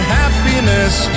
happiness